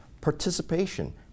participation